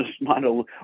model